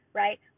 right